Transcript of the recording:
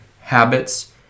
habits